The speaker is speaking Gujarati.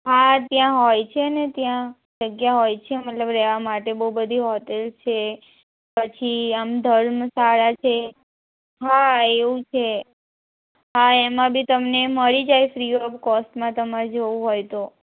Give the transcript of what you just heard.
હા ત્યાં હોય છે ને ત્યાં જગ્યા હોય છે મતલબ રહેવા માટે બહુ બધી હોટલ છે પછી આમ ધર્મશાળા છે હા એવું છે હા એમાં બી તમને મળી જાય ફ્રી ઓફ કોસ્ટમાં તમારે જોવું હોય તો